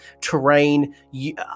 terrain